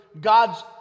God's